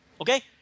okay